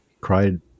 cried